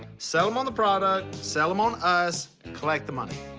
sell him on the product, sell him on us, collect the money.